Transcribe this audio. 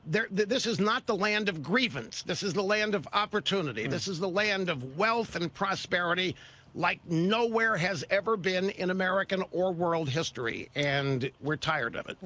this is not the land of grievance. this is the land of opportunity. this is the land of wealth and prosperity like nowhere has ever been in american or world history. and we're tired of it.